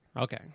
okay